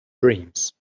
dreams